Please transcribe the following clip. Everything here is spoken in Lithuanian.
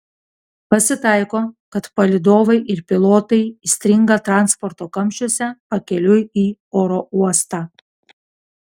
pasitaiko kad palydovai ir pilotai įstringa transporto kamščiuose pakeliui į oro uostą